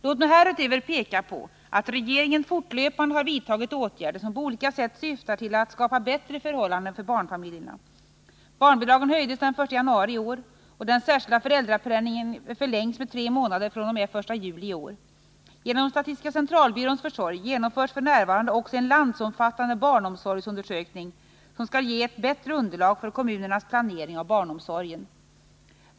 Låt mig härutöver peka på att regeringen fortlöpande har vidtagit åtgärder som på olika sätt syftar till att skapa bättre förhållanden för barnfamiljerna. Barnbidragen höjdes den 1 januari i år, och den särskilda föräldrapenningen 107 förlängs med tre månader fr.o.m. den 1 juli i år. Genom statistiska centralbyråns försorg genomförs f. n. också en landsomfattande barnomsorgsundersökning som skall ge ett bättre underlag för kommunernas planering av barnomsorgen.